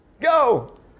go